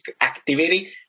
activity